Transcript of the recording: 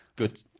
Good